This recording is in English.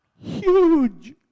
huge